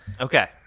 Okay